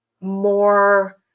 more